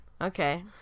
Okay